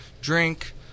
drink